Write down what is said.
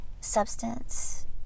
substance